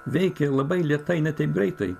veikė labai lėtai ne taip greitai